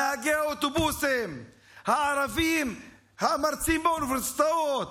נהגי האוטובוסים הערבים, המרצים באוניברסיטאות,